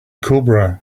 cobra